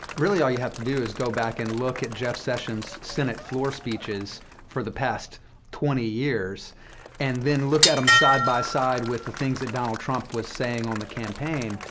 really, all you have to do is go back and look at jeff sessions' senate floor speeches for the past twenty years and then look at him side by side with the things that donald trump was saying on the campaign.